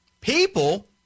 People